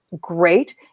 great